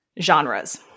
genres